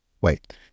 wait